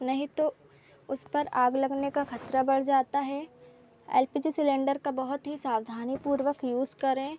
नहीं तो उस पर आग लगने का खतरा बढ़ जाता है एल पी जी सिलेंडर का बहुत ही सावधानीपूर्वक यूज़ करें